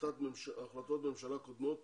החלטות ממשלה קודמות